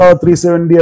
370